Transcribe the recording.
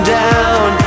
down